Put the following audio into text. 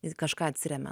į kažką atsiremiant